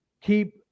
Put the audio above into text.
keep